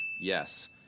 yes